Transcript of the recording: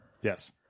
Yes